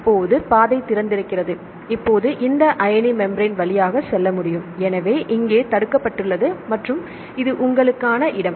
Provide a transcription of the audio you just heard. இப்போது பாதை திறந்திருக்கிறது இப்போது இந்த அயனி மெம்ப்ரென் வழியாக செல்ல முடியும் எனவே இங்கே தடுக்கப்பட்டுள்ளது மற்றும் இங்கே இது உங்களுக்கு இடம்